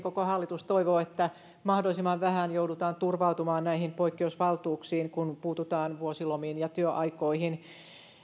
koko hallitus toivoo että mahdollisimman vähän joudutaan turvautumaan näihin poikkeusvaltuuksiin kun puututaan vuosilomiin ja työaikoihin